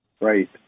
Right